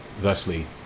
thusly